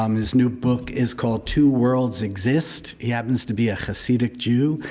um his new book is called, two worlds exist he happens to be a hasidic jew.